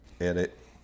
Edit